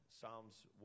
Psalms